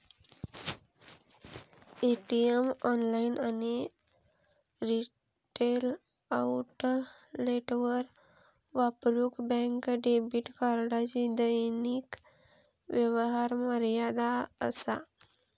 ATM, online आणि retail आउटलेटवर वापरूक बँक डेबिट कार्डची दैनिक व्यवहार मर्यादा असा